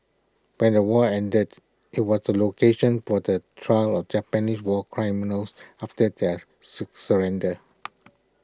when the war ended IT was the location for the trial of Japanese war criminals after their surrender